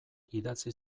idatzi